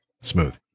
smooth